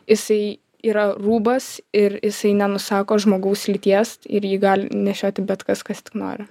jisai yra rūbas ir jisai nenusako žmogaus lyties ir jį gali nešioti bet kas kas tik nori